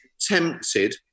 tempted